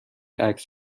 عکس